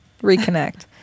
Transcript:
reconnect